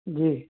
जी